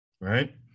right